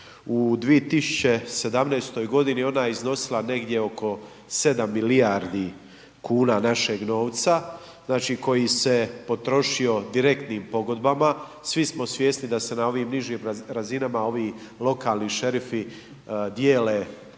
U 2017. g. ona je iznosila negdje oko 7 milijardi kuna našeg novca koji se potrošio direktnim pogodbama, svi smo svjesni da se na ovim nižim razinama ovi lokalni šerifi dijele